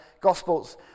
Gospels